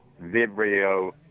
vibrio